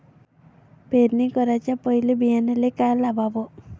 पेरणी कराच्या पयले बियान्याले का लावाव?